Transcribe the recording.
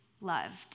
loved